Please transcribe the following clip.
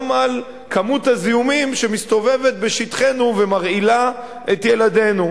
לכמות הזיהומים שמסתובבת בשטחינו ומרעילה את ילדינו.